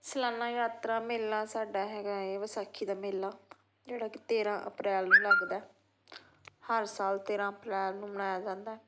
ਸਲਾਨਾ ਯਾਤਰਾ ਮੇਲਾ ਸਾਡਾ ਹੈਗਾ ਹੈ ਵਿਸਾਖੀ ਦਾ ਮੇਲਾ ਜਿਹੜਾ ਕਿ ਤੇਰਾਂ ਅਪ੍ਰੈਲ ਨੂੰ ਲੱਗਦਾ ਹਰ ਸਾਲ ਤੇਰਾਂ ਅਪ੍ਰੈਲ ਨੂੰ ਮਨਾਇਆ ਜਾਂਦਾ